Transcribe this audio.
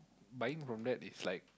buying from that is like